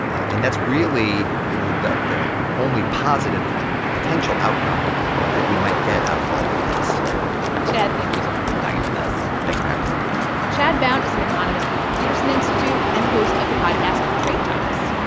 and that's really, you know, the the only positive potential outcome that we might get out of all of this chad, thank you so much for talking with us thanks for having me chad bown is an economist with the peterson institute and the host of the podcast trade talks.